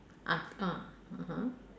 ah ah (uh huh)